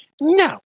no